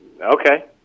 Okay